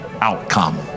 outcome